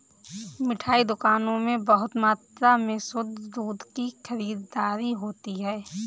मिठाई दुकानों में बहुत मात्रा में शुद्ध दूध की खरीददारी होती है